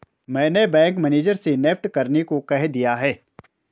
मैंने bank manager से NEFT करने को कह दिया है